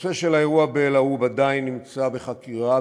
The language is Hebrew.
הנושא של האירוע באל-ערוב עדיין נמצא בחקירה,